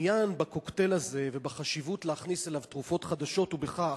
העניין ב"קוקטייל" הזה ובחשיבות להכניס אליו תרופות חדשות הוא בכך